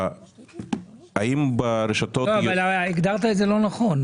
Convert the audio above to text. אבל הגדרת את זה לא נכון.